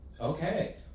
Okay